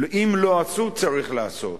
אם לא עשו, צריך לעשות.